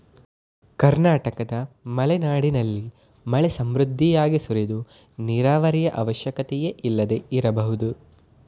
ಕರ್ನಾಟಕದ ಮಲೆನಾಡಿನಲ್ಲಿ ಮಳೆ ಸಮೃದ್ಧಿಯಾಗಿ ಸುರಿದು ನೀರಾವರಿಯ ಅವಶ್ಯಕತೆಯೇ ಇಲ್ಲದೆ ಇರಬಹುದು